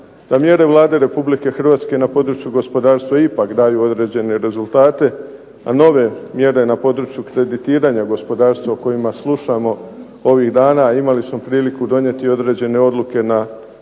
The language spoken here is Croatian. da mjere Vlade Republike Hrvatske na području gospodarstva ipak daju određene rezultate, a nove mjere na području kreditiranja gospodarstva o kojima slušamo ovih dana, a imali smo priliku donijeti i određene odluke na